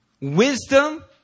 Wisdom